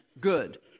good